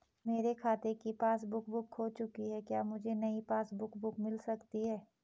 मेरे खाते की पासबुक बुक खो चुकी है क्या मुझे नयी पासबुक बुक मिल सकती है?